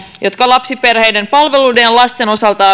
jotka lapsiperheiden palveluiden ja lasten osalta